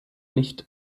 nicht